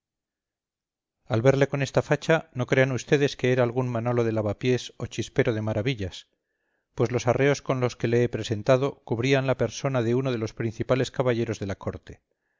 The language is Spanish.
al verle con esta facha no crean vds que era algún manolo de lavapiés o chispero de maravillas pues los arreos con que le he presentado cubrían la persona de uno de los principales caballeros de la corte